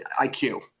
iq